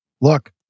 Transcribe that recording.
look